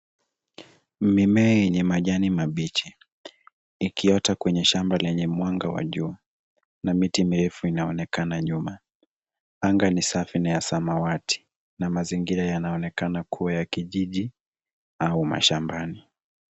Mimea yenye majani mabichi yakiota kwenye shamba lenye mwanga wa jua na miti mirefu inaonekana nyuma. Anga ni safi na ya samawati na mazingira yanaonekana kuwa ya kijiji au mashambani.